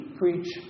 preach